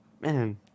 man